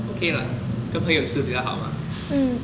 okay lah 跟朋友吃比较好啦